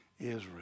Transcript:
Israel